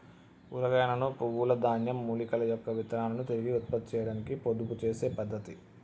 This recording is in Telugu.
కూరగాయలను, పువ్వుల, ధాన్యం, మూలికల యొక్క విత్తనాలను తిరిగి ఉత్పత్తి చేయాడానికి పొదుపు చేసే పద్ధతి